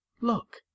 Look